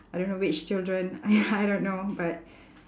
I don't know which children !hais! I don't know but